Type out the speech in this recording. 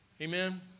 Amen